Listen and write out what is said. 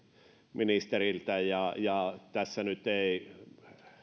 ministeriltä ja ja tässä nyt ei